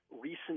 recent